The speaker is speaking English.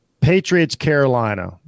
Patriots-Carolina